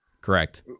Correct